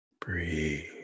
breathe